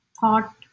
thought